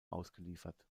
ausgeliefert